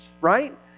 right